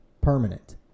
permanent